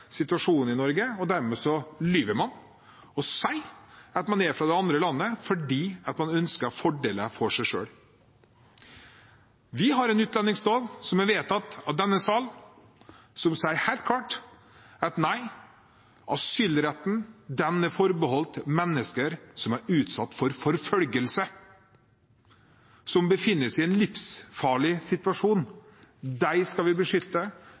situasjonen i Norge, og dermed lyver man og sier man er fra det andre landet, fordi man ønsker fordeler for seg selv. Vi har en utlendingslov som er vedtatt av denne sal, som sier helt klart at asylretten er forbeholdt mennesker som er utsatt for forfølgelse, som befinner seg i en livsfarlig situasjon. De skal vi beskytte,